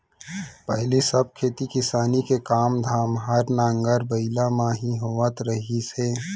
पहिली सब खेती किसानी के काम धाम हर नांगर बइला म ही होवत रहिस हे